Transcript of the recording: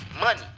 money